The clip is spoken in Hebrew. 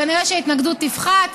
כנראה ההתנגדות תפחת,